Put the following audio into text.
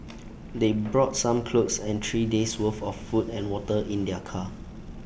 they brought some clothes and three days' worth of food and water in their car